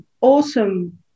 awesome